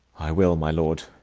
i will, my lord.